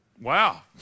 Wow